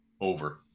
over